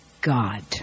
God